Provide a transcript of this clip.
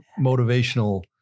motivational